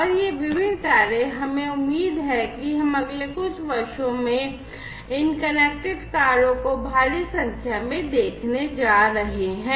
और यह विभिन्न कारें हमे उम्मीद है की हम अगले कुछ वर्षों में इन कनेक्टेड कारों को भारी संख्या में देखने जा रहे हैं